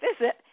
visit